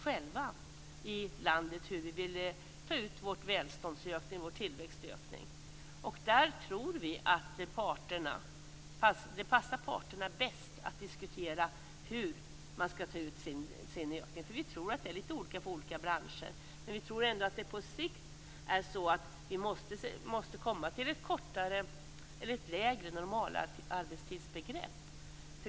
Ja, hur vi vill ta ut vår välståndsökning och vår tillväxtökning väljer vi själva i det här landet. Där tror vi att det passar parterna bäst att diskutera hur man skall ta ut denna ökning. Vi tror att det är lite olika inom olika branscher, men vi tror ändå att vi på sikt måste komma till lägre normalarbetstid.